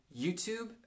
YouTube